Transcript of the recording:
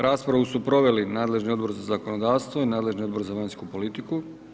Raspravu su proveli nadležni Odbor za zakonodavstvo i nadležni Odbor za vanjsku politiku.